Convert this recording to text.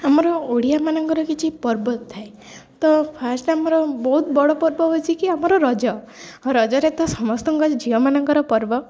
ଆମର ଓଡ଼ିଆ ମାନଙ୍କର କିଛି ପର୍ବ ଥାଏ ତ ଫାଷ୍ଟ ଆମର ବହୁତ ବଡ଼ ପର୍ବ ହେଉଛି କିି ଆମର ରଜ ରଜରେ ତ ସମସ୍ତଙ୍କ ଝିଅମାନଙ୍କର ପର୍ବ